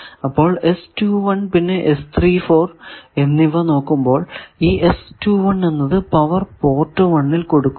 അപ്പോൾ പിന്നെ എന്നിവ നോക്കുമ്പോൾ ഈ എന്നത് പവർ പോർട്ട് 1 ൽ കൊടുക്കുന്നു